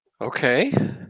Okay